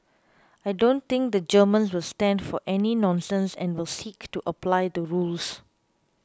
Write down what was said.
I don't think the Germans will stand for any nonsense and will seek to apply the rules